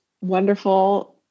wonderful